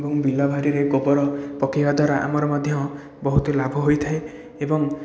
ଏବଂ ବିଲବାରିରେ ଗୋବର ପକେଇବା ଦ୍ଵାରା ଆମର ମଧ୍ୟ ବହୁତ ଲାଭ ହୋଇଥାଏ ଏବଂ